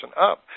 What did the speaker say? up